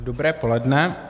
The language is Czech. Dobré poledne.